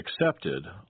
accepted